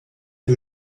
est